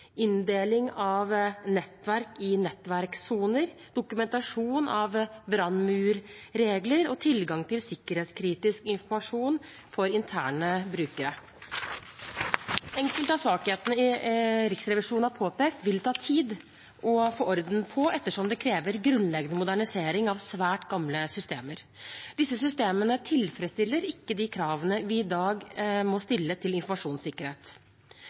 inndeling av nettverk i nettverkssoner, dokumentasjon av brannmurregler og tilgang til sikkerhetskritisk informasjon for interne brukere. Enkelte av svakhetene Riksrevisjonen har påpekt, vil ta tid å få orden på ettersom det krever grunnleggende modernisering av svært gamle systemer. Disse systemene tilfredsstiller ikke de kravene vi i dag må stille til informasjonssikkerhet.